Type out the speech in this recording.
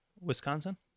Wisconsin